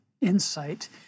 insight